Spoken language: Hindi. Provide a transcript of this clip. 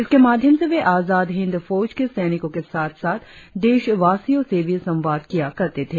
इसके माध्यम से वे आजाद हिंद फौज के सैनिकों के साथ साथ देशवासियों से भी संवाद किया करते थे